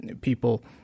people